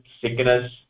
sickness